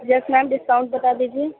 یس ma'am discount بتا دیجیے